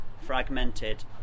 fragmented